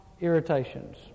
irritations